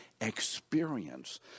experience